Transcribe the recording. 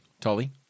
Tolly